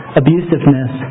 abusiveness